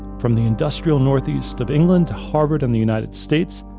from the industrial northeast of england, to harvard and the united states,